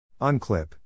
Unclip